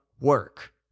work